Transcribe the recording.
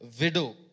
widow